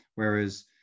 whereas